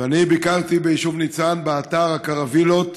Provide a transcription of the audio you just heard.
אני ביקרתי ביישוב ניצן באתר הקרווילות,